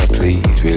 please